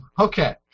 Okay